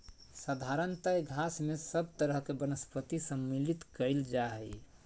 साधारणतय घास में सब तरह के वनस्पति सम्मिलित कइल जा हइ